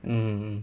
mm